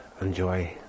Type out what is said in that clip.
enjoy